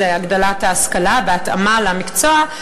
הרחבת ההשכלה וההתאמה למקצוע.